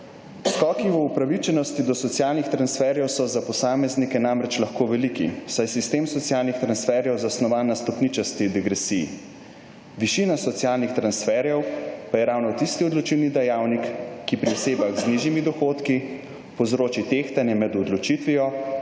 upravičenosti do socialnih transferjev so za posameznike namreč lahko veliki, saj sistem socialnih transferjev zasnovan na stopničasti degresiji. Višina socialnih transferjev pa je ravno tisti odločilni dejavnik, ki pri osebah z nižjimi dohodki povzroči tehtanje med odločitvijo